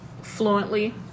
fluently